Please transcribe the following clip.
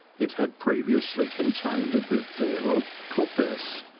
it had previously contained a good deal of coppice,